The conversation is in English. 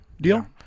deal